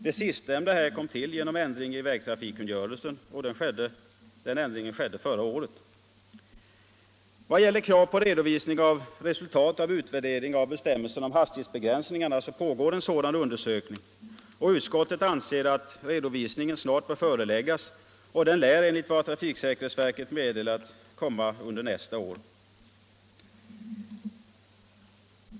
Det sistnämnda kom till genom ändring i vägtrafikkungörelsen förra året. Vad gäller krav på redovisning av resultatet av utvärdering av bestämmelserna om hastighetsbegränsningar pågår en sådan utredning. Utskottet anser att redovisningen snart bör framläggas, och den lär enligt vad trafiksäkerhetsverket meddelar komma under nästa år.